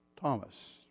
Thomas